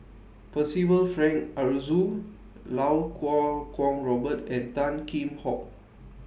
Percival Frank Aroozoo Lau Kuo Kwong Robert and Tan Kheam Hock